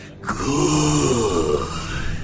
Good